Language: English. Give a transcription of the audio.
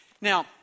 Now